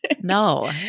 No